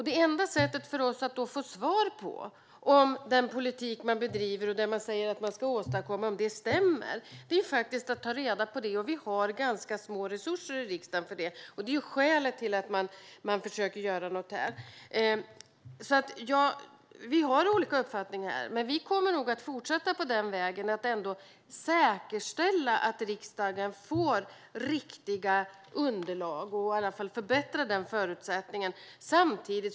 Det enda sättet för oss att då få svar på om den politik som man bedriver och det som man säger att man ska åstadkomma stämmer är faktiskt att ta reda på det. Och vi har ganska små resurser i riksdagen för det, och det är skälet till att man försöker göra något här. Vi har olika uppfattningar i fråga om detta. Men vi kommer nog att fortsätta på den vägen och säkerställa att riksdagen får riktiga underlag och i alla fall förbättra förutsättningarna för det.